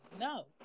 no